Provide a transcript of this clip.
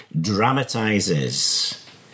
dramatizes